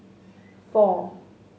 four